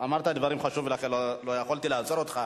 אמרת דברים חשובים, ולכן לא יכולתי לעצור אותך.